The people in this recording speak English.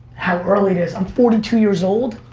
how early it is. i'm forty two years old,